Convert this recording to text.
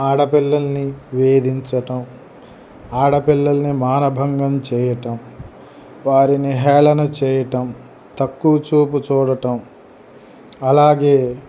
ఆడపిల్లల్ని వేధించటం ఆడపిల్లల్ని మానభంగం చేయటం వారిని హేళన చేయటం తక్కువ చూపు చూడటం అలాగే